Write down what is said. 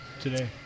today